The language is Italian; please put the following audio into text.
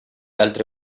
altre